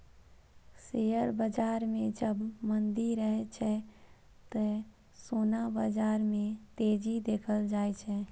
share बाजार मे जब मंदी रहै छै, ते सोना बाजार मे तेजी देखल जाए छै